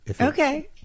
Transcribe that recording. Okay